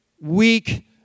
weak